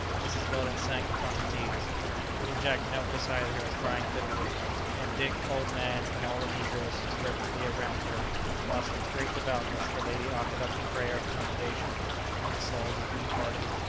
mrs. weldon sank upon her knees little jack knelt beside her crying bitterly and dick, old nan, and all the negroes stood reverently around her whilst with great devoutness the lady offered up the prayer of commendation for the souls of the departing.